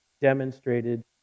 demonstrated